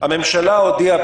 "הממשלה הודיעה,